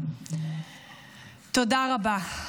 תודה רבה.